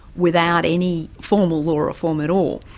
without any formal law reform at all.